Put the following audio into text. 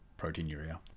proteinuria